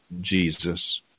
Jesus